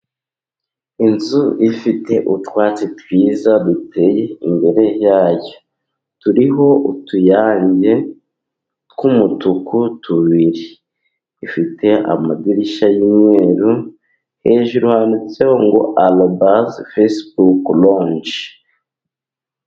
Inzu ifite utwatsi twiza duteye imbere yayo, turiho utuyange tw'umutuku tubiri, ifite amadirishya y'umweru, hejuru hatseho ngo arobaze fesibuku roji.